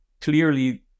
clearly